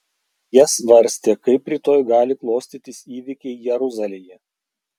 jie svarstė kaip rytoj gali klostytis įvykiai jeruzalėje